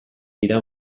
dira